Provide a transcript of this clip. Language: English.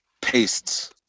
pastes